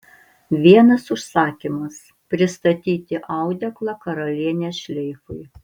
vienas užsakymas pristatyti audeklą karalienės šleifui